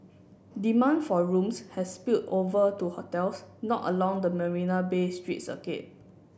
demand for rooms has spilled over to hotels not along the Marina Bay street circuit